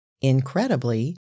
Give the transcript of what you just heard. Incredibly